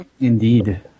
Indeed